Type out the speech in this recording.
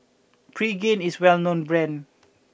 Pregain is well known brand